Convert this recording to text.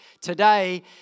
today